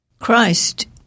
Christ